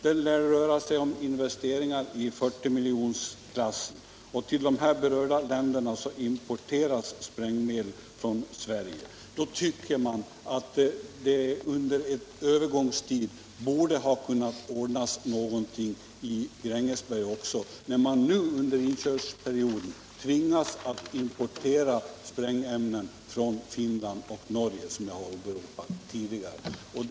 Det lär röra sig om investeringar i 40-miljonersklassen. Till de berörda länderna importeras sprängmedel från Sverige. Då borde det under en övergångstid ha kunnat ordnas någonting också i Grängesberg, när man nu under inkörningsperioden tvingas importera sprängämnen från Finland och Norge, som jag tidigare nämnde.